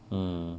mm